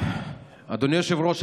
אדוני היושב-ראש,